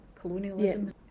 colonialism